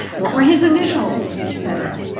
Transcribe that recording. what were his initials, et cetera.